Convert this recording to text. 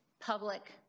public